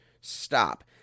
stop